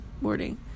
morning